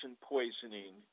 poisoning